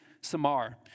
Samar